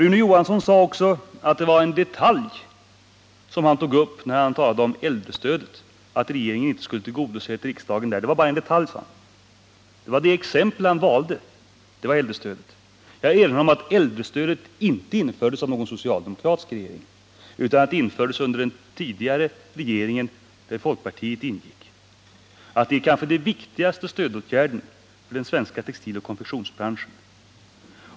Rune Johansson i Ljungby sade också att det var en ”detalj” som han tog upp när han talade om äldrestödet och sade att regeringen inte skulle ha tillgodosett riksdagens önskemål därvidlag. Får jag erinra om att äldrestödet inte infördes av någon socialdemokratisk regering utan av trepartiregeringen, där folkpartiet ingick. Det är kanske den viktigaste stödåtgärden för den svenska textiloch konfektionsbranschen.